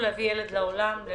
של קטינים, לא